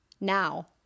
Now